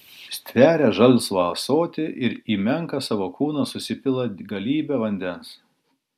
stveria žalsvą ąsotį ir į menką savo kūną susipila galybę vandens